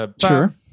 Sure